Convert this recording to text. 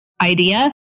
idea